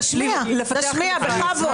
תשמיע, תשמיע, בכבוד.